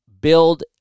build